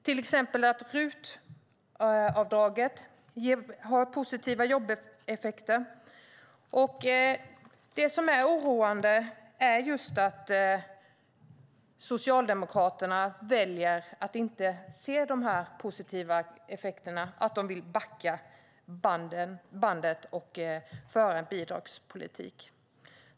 Till exempel har RUT-avdraget positiva jobbeffekter. Det som är oroande är just att Socialdemokraterna väljer att inte se dessa positiva effekter utan vill backa bandet och föra en bidragspolitik.